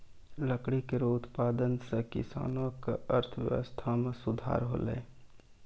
लकड़ी केरो उत्पादन सें किसानो क अर्थव्यवस्था में सुधार हौलय